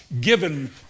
given